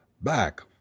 Back